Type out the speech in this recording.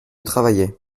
travailler